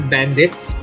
Bandits